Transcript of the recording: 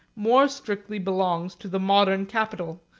more strictly belongs to the modern capital,